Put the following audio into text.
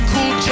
Cool